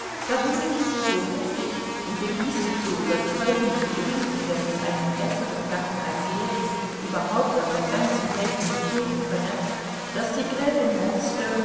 da wurde kitty so heftig und bewies mit so überzeugenden gründen daß es einen besseren gatten als ljewin überhaupt auf der ganzen welt nicht geben könne daß die gräfin